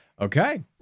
Okay